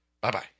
Bye-bye